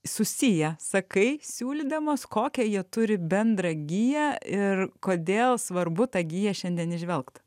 susiję sakai siūlydamas kokią jie turi bendrą giją ir kodėl svarbu tą giją šiandien įžvelgt